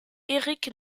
erik